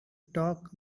talk